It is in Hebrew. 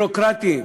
ביורוקרטיים,